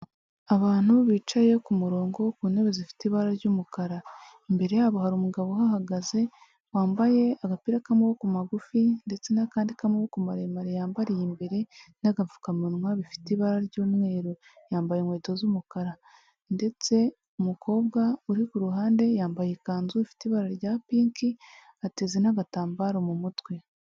Abantu bicaye ku kumurongo ku ntebe zifite ibara ry'umukara, imbere yabo hari umugabo uhahagaze wambaye agapira k'amaboko magufi ndetse n'akandi k'amaboko maremare yambariye imbere n'agapfukamunwa bifite ibara ry'umweru, yambaye inkweto z'umukara ndetse umukobwa uri ku ruhande yambaye ikanzu ifite ibara rya pinki, ateze n'agatambaro mu mutwe.